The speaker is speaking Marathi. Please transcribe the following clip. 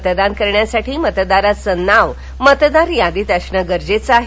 मतदान करण्यासाठी मतदाराचं नाव मतदार यादीत असणं गरजेचं आहे